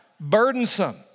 burdensome